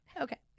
Okay